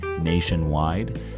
nationwide